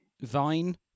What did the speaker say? Vine